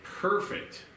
perfect